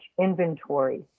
inventory